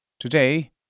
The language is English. Today